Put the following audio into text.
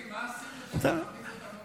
דודי, מה עשינו שאתה מכניס אותנו לישיבת סיעה?